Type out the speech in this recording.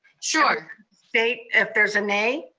sure. say if there's a nay?